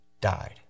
died